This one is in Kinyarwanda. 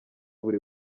buri